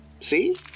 See